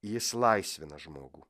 jis laisvina žmogų